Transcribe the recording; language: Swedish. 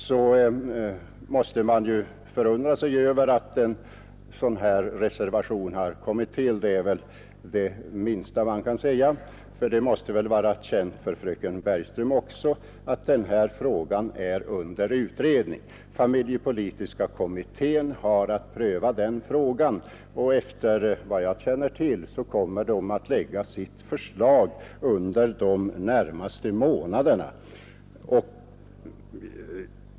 Man måste förundra sig över att en sådan reservation kommit till — det är det minsta man kan säga; det måste väl vara känt också för fröken Bergström att den här frågan är under utredning. Familjepolitiska kommittén har att pröva den, och såvitt jag känner till kommer kommittén att framlägga sitt förslag under de närmaste månaderna.